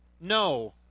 No